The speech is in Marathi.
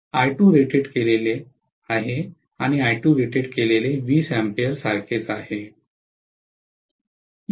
I2 रेटेड केले जा आणि I2 रेटेड केलेले 20 A सारखेच आहे